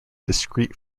discrete